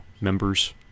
members